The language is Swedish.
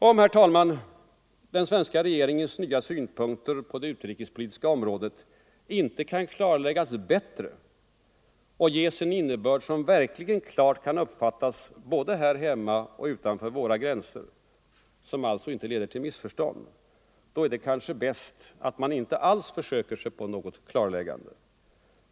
Om, herr talman, den svenska regeringens nya synpunkter på det utrikespolitiska området inte kan klarläggas bättre och ges en innebörd som verkligen klart kan uppfattas både här hemma och utanför våra gränser — som alltså inte leder till missförstånd — då är det kanske bäst att man inte alls försöker sig på något klarläggande.